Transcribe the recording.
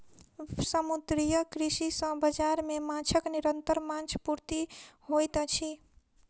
समुद्रीय कृषि सॅ बाजार मे माँछक निरंतर मांग पूर्ति होइत अछि